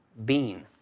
bean.